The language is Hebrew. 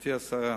גברתי השרה,